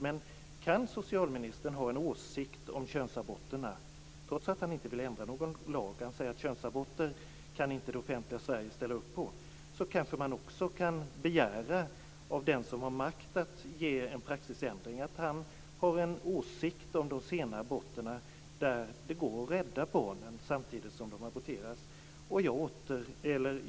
Men kan socialministern ha en åsikt om könsaborterna, trots att han inte vill ändra någon lag? Han säger att det offentliga Sverige inte kan ställa upp på könsaborter. Då kanske man också kan begära av den som har makt att ge en praxisändring att han har en åsikt om de sena aborterna där det går att rädda barnen samtidigt som de aborteras.